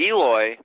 Eloy